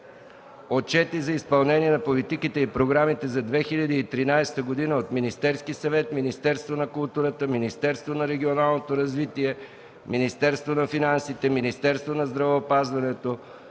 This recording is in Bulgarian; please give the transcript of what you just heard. отчети за изпълнение на политиките и програмите за 2013 г. от Министерския съвет, от Министерството на културата, Министерството на регионалното развитие, Министерството на финансите, Министерството на здравеопазването,